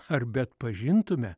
ar beatpažintume